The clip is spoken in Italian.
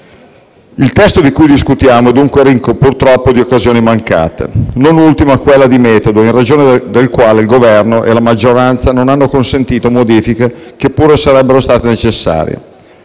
Il testo di cui discutiamo è dunque ricco, purtroppo, di occasioni mancate, non ultima quella di metodo, in ragione della quale il Governo e la maggioranza non hanno consentito modifiche, che pure sarebbero state necessarie.